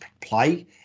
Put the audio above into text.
play